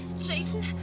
Jason